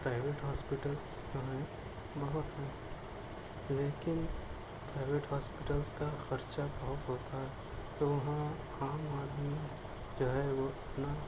private hospital جو ہیں بہت ہیں لیکن پرائیویٹ ہاسپیٹل کا خرچہ بہت ہوتا ہے تو وہاں عام آدمی جو ہے وہ اتنا